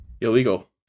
illegal